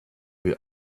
wir